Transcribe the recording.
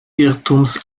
irrtums